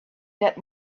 that